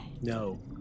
No